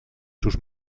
sus